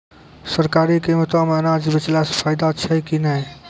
सरकारी कीमतों मे अनाज बेचला से फायदा छै कि नैय?